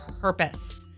purpose